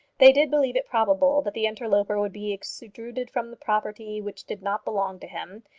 they did believe it probable that the interloper would be extruded from the property which did not belong to him,